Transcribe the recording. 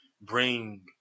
bring